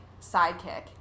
sidekick